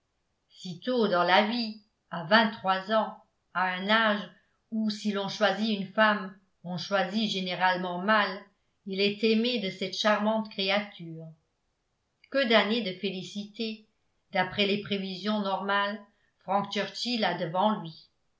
si tôt dans la vie à vingt-trois ans à un âge où si l'on choisit une femme on choisit généralement mal il est aimé de cette charmante créature que d'années de félicité d'après les prévisions normales frank churchill a devant lui